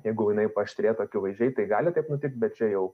jeigu jinai paaštrėtų akivaizdžiai tai gali nutikt bet čia jau